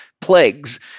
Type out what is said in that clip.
plagues